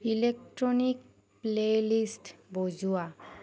electronic playlist বজোৱা